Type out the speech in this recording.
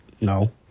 No